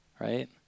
right